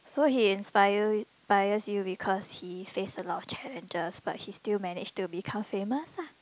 so he inspires bias him because he says a lot of challenges but he still manages to become famous lah